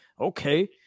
okay